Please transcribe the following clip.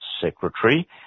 Secretary